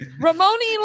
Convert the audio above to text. ramoni